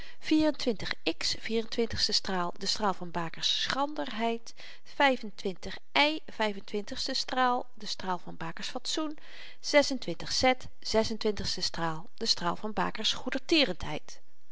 straal de straal van baker's schranderheid y vyf en twintigste straal de straal van baker's fatsoen z zes-en-twintigste straal de straal van baker's